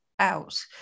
out